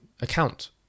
account